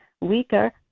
weaker